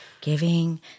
giving